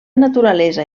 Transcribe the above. naturalesa